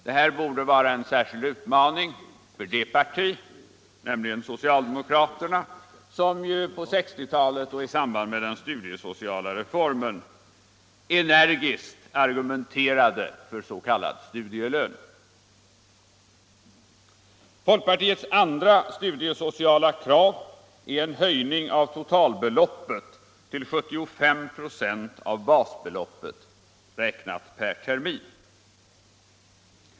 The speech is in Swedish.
Det här borde vara en särskild utmaning för det parti som på 1960-talet i samband med den studiesociala reformen energiskt argumenterade för s.k. studielön, nämligen det socialdemokratiska partiet. Folkpartiets andra studiesociala krav är en höjning av totalbeloppet till 75 96 av basbeloppet per temin.